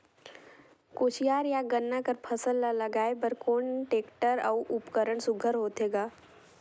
कोशियार या गन्ना कर फसल ल लगाय बर कोन टेक्टर अउ उपकरण सुघ्घर होथे ग?